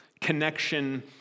connection